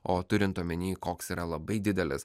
o turint omeny koks yra labai didelis